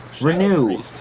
Renew